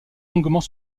longuement